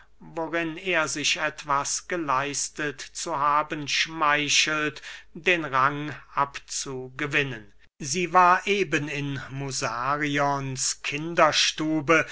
worin er sich etwas geleistet zu haben schmeichelt den rang abzugewinnen sie war eben in musarions kinderstube